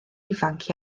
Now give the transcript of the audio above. ifanc